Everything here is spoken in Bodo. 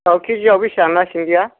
औ किजियाव बिसिबां ना सिंगिया